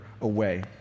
away